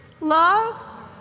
Love